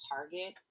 Target